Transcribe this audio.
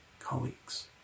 colleagues